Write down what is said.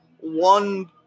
one